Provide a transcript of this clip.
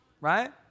right